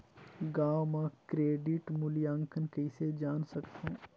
गांव म क्रेडिट मूल्यांकन कइसे जान सकथव?